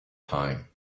time